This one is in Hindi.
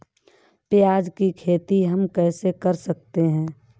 प्याज की खेती हम कैसे कर सकते हैं?